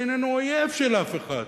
איננו אויב של אף אחד.